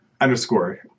underscore